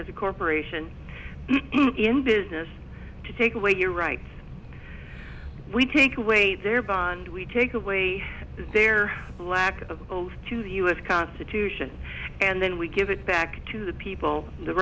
as a corporation in business to take away your rights we take away their bond we take away their lack of to the us constitution and then we give it back to the people the